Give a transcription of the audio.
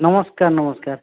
ନମସ୍କାର ନମସ୍କାର